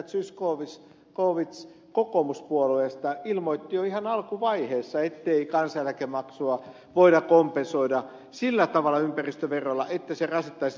zyskowicz kokoomuspuolueesta ilmoitti jo ihan alkuvaiheessa ettei kansaneläkemaksua voida kompensoida sillä tavalla ympäristöverolla että se rasittaisi teollisuutta